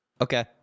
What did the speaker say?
Okay